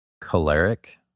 choleric